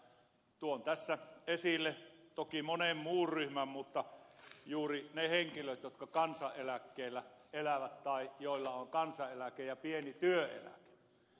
tuon tässä esille toki monen muun ryhmän ohella juuri ne henkilöt jotka kansaneläkkeellä elävät tai joilla on kansaneläke ja pieni työeläke